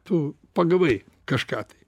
tu pagavai kažką tai